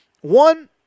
One